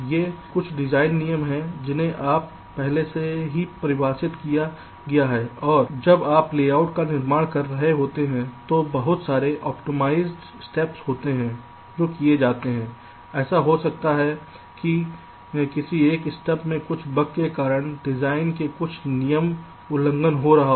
ये कुछ डिज़ाइन नियम हैं जिन्हें पहले ही परिभाषित किया गया है और जब आप लेआउट का निर्माण कर रहे होते हैं तो बहुत सारे ऑप्टिमाइज़ेशन स्टेप होते हैं जो किया जाते है ऐसा हो सकता है कि किसी एक स्टेप में कुछ बग के कारण डिज़ाइन के कुछ नियम उल्लंघन हो रहा है